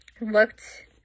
looked